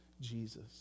Jesus